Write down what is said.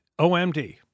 OMD